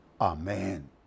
Amen